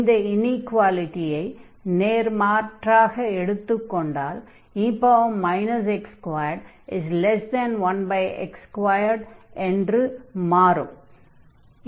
இந்த இனீக்வாலிடியை நேர்மாற்றாக எடுத்துக் கொண்டால் e x21x2 என்று மாறும்